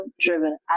driven